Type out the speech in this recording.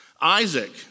Isaac